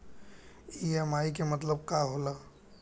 EMI के मतलब का होला?